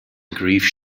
grief